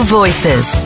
voices